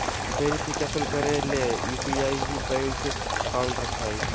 verification करे ले UPI ही बैंक अकाउंट हइ